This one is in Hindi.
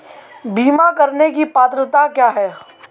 बीमा करने की पात्रता क्या है?